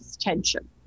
tension